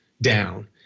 down